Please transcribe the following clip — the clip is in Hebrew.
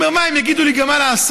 הוא אומר: מה, הם יגידו לי גם מה לעשות?